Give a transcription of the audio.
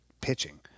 pitching